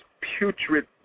putrid